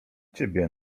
ciebie